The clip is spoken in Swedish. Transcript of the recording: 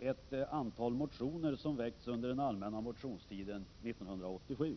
ett antal motioner som väckts under den allmänna motionstiden 1987.